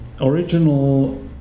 original